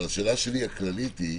השאלה הכללית שלי היא,